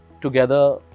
together